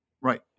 Right